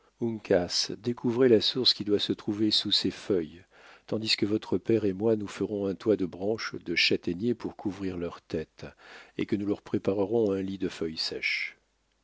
découvrez la source qui doit se trouver sous ces feuilles tandis que votre père et moi nous ferons un toit de branches de châtaigniers pour couvrir leurs têtes et que nous leur préparerons un lit de feuilles sèches